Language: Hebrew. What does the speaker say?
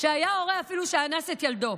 שהיה הורה שאפילו אנס את ילדו.